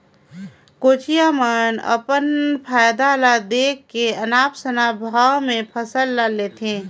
कोचिया मन अपन फायदा ल देख के अनाप शनाप भाव में फसल ल लेथे